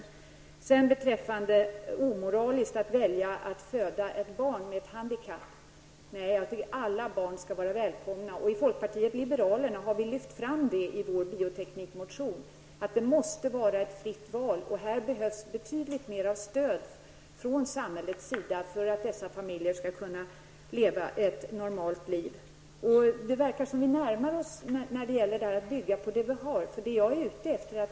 Annika Åhnberg tog upp frågan om det är omoraliskt att välja att föda ett barn med handikapp. Alla barn skall vara välkomna. Vi i folkpartiet liberalerna har lyft fram detta i vår bioteknikmotion. Det måste finnas ett fritt val. Här behövs betydligt mer stöd från samhällets sida för att dessa familjer skall kunna leva ett normalt liv. Det verkar som att vi närmar oss detta att vi måste bygga på det vi har.